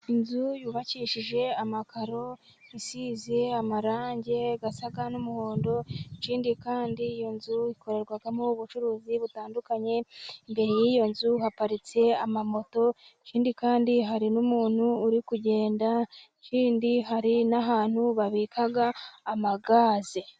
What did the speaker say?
Inzu yubakishije amakaro isizi amarangi asa n'umuhondo. Ikindi kandi iyo nzu ikorerwamo ubucuruzi butandukanye. Imbere y'iyo nzu haparitse amamoto, ikindi kandi hari n'umuntu uri kugenda, ikindi hari n'ahantu babika amagaze.